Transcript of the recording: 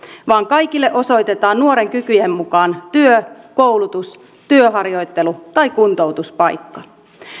vaan kaikille osoitetaan nuoren kykyjen mukaan työ koulutus työharjoittelu tai kuntoutuspaikka